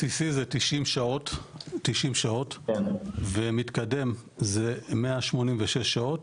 בסיסי זה 90 שעות ומתקדם זה 186 שעות